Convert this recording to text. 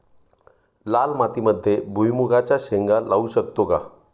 लाल मातीमध्ये भुईमुगाच्या शेंगा लावू शकतो का?